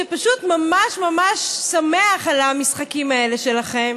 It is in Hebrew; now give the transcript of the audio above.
ופשוט ממש ממש שמח על המשחקים שלכם